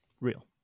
Real